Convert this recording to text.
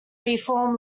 reform